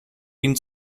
ihn